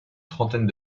trentaine